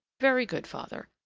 very good, father.